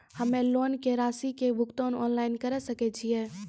हम्मे लोन के रासि के भुगतान ऑनलाइन करे सकय छियै?